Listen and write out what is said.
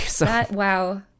Wow